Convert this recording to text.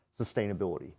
sustainability